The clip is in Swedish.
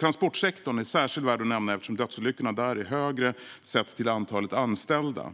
Transportsektorn är särskilt värd att nämna eftersom dödsolyckorna är fler där sett till antalet anställda.